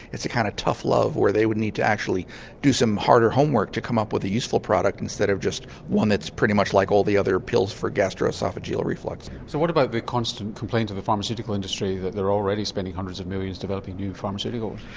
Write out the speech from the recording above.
it's a kind of tough love where they would need to actually do some harder homework to come up with a useful product, instead of just one that's pretty much like all the other pills for gastro-oesophageal reflux. so what about the constant complaint of the pharmaceutical industry that they're already spending hundreds of millions developing new pharmaceuticals?